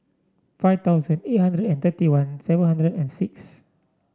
five thousand eight hundred and thirty one seven hundred and six